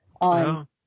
on